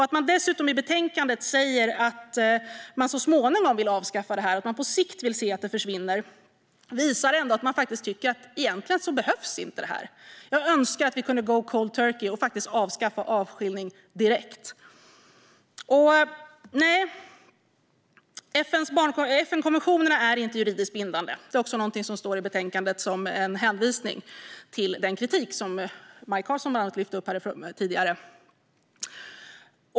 Att man dessutom i betänkandet säger att man så småningom vill avskaffa det här och på sikt vill se att det försvinner visar ändå att man egentligen inte tycker att det behövs. Jag önskar att vi kunde go cold turkey och avskaffa avskiljning direkt. Nej, FN-konventionen är inte juridiskt bindande. Det är också något som står i betänkandet som en hänvisning till den kritik som Maj Karlsson lyfte upp tidigare.